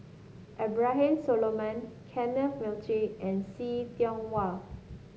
Abraham Solomon Kenneth Mitchell and See Tiong Wah